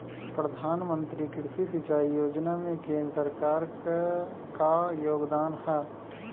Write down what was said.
प्रधानमंत्री कृषि सिंचाई योजना में केंद्र सरकार क का योगदान ह?